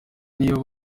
niyo